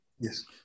Yes